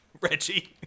Reggie